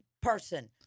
person